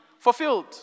Fulfilled